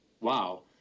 Wow